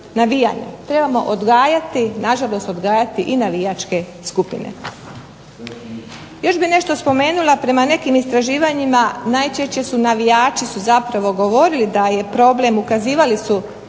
Trebamo odgajati nažalost odgajati i navijačke skupine. Još bi nešto spomenula, prema nekim istraživanjima najčešće su navijači su zapravo govorili da je problem, ukazivali su na problem